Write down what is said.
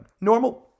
Normal